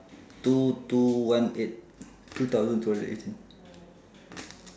two two one eight two thousand two hundred and eighteen